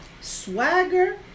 Swagger